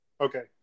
Okay